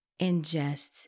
ingests